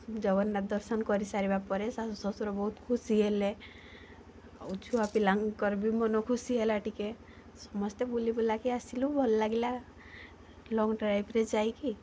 ଜଗନ୍ନାଥ ଦର୍ଶନ କରିସାରିବା ପରେ ଶାଶୁ ଶ୍ୱଶୁର ବହୁତ ଖୁସି ହେଲେ ଆଉ ଛୁଆ ପିଲାଙ୍କର ବି ମନ ଖୁସି ହେଲା ଟିକେ ସମସ୍ତେ ବୁଲିବୁଲାକି ଆସିଲୁ ଭଲ ଲାଗିଲା ଲଙ୍ଗ୍ ଡ୍ରାଇଭ୍ରେ ଯାଇକି